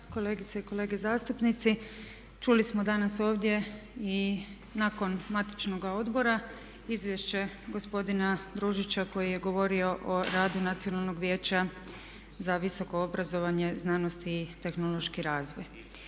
kolegice i kolege zastupnici, čuli smo danas ovdje i nakon matičnoga odbora izvješće gospodina Ružića koji je govorio o radu Nacionalnog vijeća za visoko obrazovanje, znanost i tehnološki razvoj.